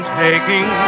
taking